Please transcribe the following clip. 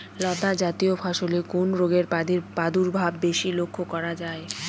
লতাজাতীয় ফসলে কোন রোগের প্রাদুর্ভাব বেশি লক্ষ্য করা যায়?